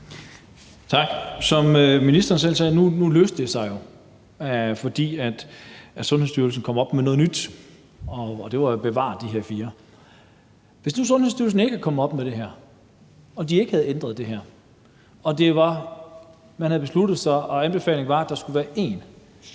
Som ministeren selv sagde, løste det sig jo nu, fordi Sundhedsstyrelsen kom op med noget nyt, og det var jo at bevare de her fire lokationer. Hvis nu Sundhedsstyrelsen ikke var kommet op med det her og de ikke havde ændret det her og man havde truffet en beslutning og at anbefalingen var, at der skulle være én